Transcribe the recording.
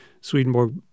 Swedenborg